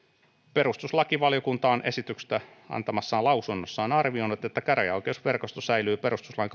perustuslakivaliokunta on esityksestä antamassaan lausunnossa arvioinut että käräjäoikeusverkosto säilyy perustuslain